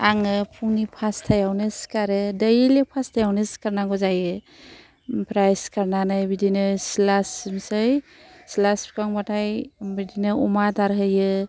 आङो फुंनि फास्थायावनो सिखारो दैलिक फास्थायावनो सिखारनांगौ जायो ओमफ्राय सिखारनानै बिदिनो सिला सिबसै सिला सिबखांबाथाय बिदिनो अमा आदार होयो